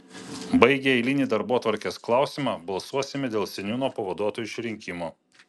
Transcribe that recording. baigę eilinį darbotvarkės klausimą balsuosime dėl seniūno pavaduotojų išrinkimo